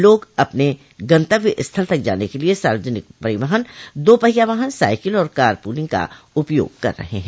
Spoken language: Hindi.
लोग अपने गंतव्य स्थल तक जाने के लिए सार्वजनिक परिवहन दो पहिया वाहन साइकिल और कार पूलिंग का उपयोग कर रहे हैं